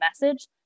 message